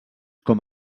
com